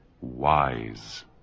wise